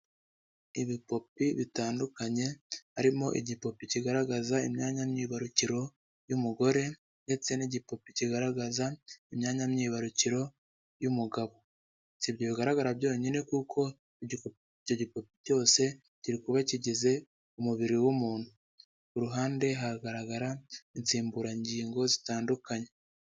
Ibipupi bitandukanye, harimo igipupi kigaragaza imyanya myibarukiro y'umugore ndetse n'igipupi kigaragaza imyanya myibarukiro y'umugabo, sibyo bigaragara byonyine kuko icyo gi pupi cyose kiri kuba kigize umubiri w'umuntu, ku ruhande hagaragara insimburangingo zitandukanye.